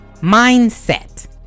mindset